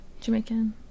Jamaican